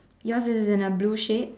yours is in a blue shade